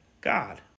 God